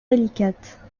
délicates